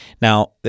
Now